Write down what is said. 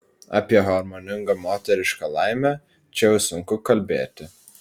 apie harmoningą moterišką laimę čia jau sunku kalbėti